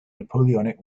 napoleonic